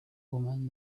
woman